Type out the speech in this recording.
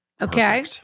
Okay